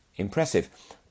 Impressive